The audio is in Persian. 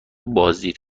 بازدید